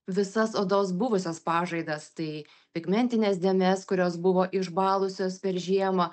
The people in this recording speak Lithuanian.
visas odos buvusias pažaidas tai pigmentines dėmes kurios buvo išbalusios per žiemą